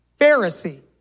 Pharisee